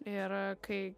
ir kai